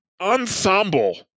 ensemble